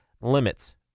limits